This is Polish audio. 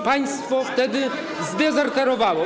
Państwo wtedy zdezerterowało.